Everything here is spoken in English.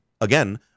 again